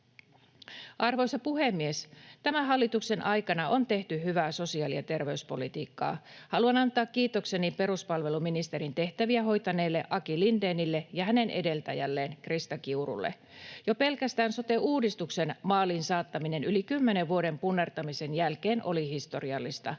Arvoisa puhemies! Tämän hallituksen aikana on tehty hyvää sosiaali- ja terveyspolitiikkaa. Haluan antaa kiitokseni peruspalveluministerin tehtäviä hoitaneille Aki Lindénille ja hänen edeltäjälleen Krista Kiurulle. Jo pelkästään sote-uudistuksen maaliin saattaminen yli kymmenen vuoden punnertamisen jälkeen oli historiallista.